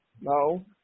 No